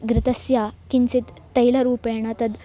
घृतस्य किञ्चित् तैलरूपेण तद्